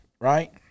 right